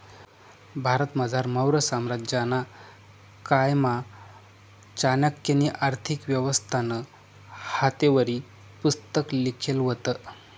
भारतमझार मौर्य साम्राज्यना कायमा चाणक्यनी आर्थिक व्यवस्थानं हातेवरी पुस्तक लिखेल व्हतं